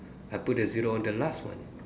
I put the zero on the last one